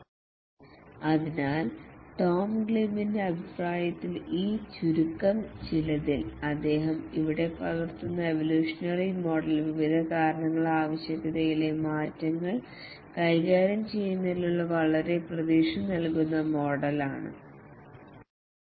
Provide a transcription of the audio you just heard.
" അതിനാൽ ടോം ഗ്ലിബിന്റെ അഭിപ്രായത്തിൽ ഈ ചുരുക്കം ചിലതിൽ അദ്ദേഹം ഇവിടെ പകർത്തുന്ന എവൊല്യൂഷനറി മോഡൽ വിവിധ കാരണങ്ങളാൽ ആവശ്യകതയിലെ മാറ്റങ്ങൾ കൈകാര്യം ചെയ്യുന്നതിനുള്ള വളരെ പ്രതീക്ഷ നൽകുന്ന മോഡൽ വരകകൾ